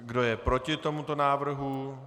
Kdo je proti tomuto návrhu?